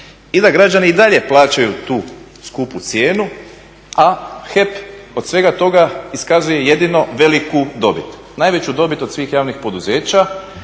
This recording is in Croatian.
i da građani i dalje plaćaju tu skupu cijenu, a na HEP od svega toga iskazuje jedino veliku dobit. Najveću dobit od svih javnih poduzeća